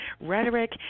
rhetoric